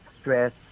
stress